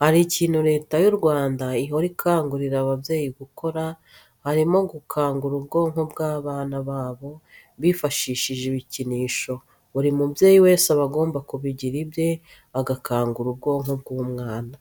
Hari ikintu Leta y'u Rwanda ihora ikangurira ababyeyi gukora, harimo gukangura ubwonko bw'abana babo bifashishije ibikinisho. Buri mubyeyi wese aba agomba kubigira ibye agakangura ubwonko bw'umwana.